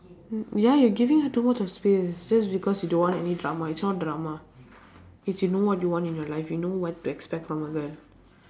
ya you're giving her too much of space just because you don't want any drama it's not drama it's you know what you want in your life you know what to expect from a girl